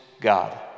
God